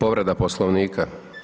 Povreda Poslovnika.